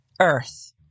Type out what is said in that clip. Earth